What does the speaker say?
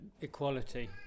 equality